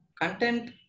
content